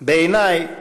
בעיני,